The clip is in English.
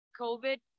COVID